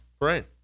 Right